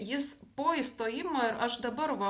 jis po įstojimo ir aš dabar va